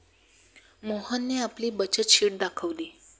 मोहनने आपली बचत शीट दाखवली